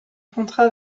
contrat